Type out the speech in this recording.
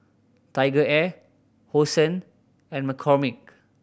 TigerAir Hosen and McCormick